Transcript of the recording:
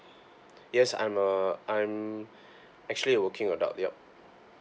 yes I'm a I'm actually a working adult yup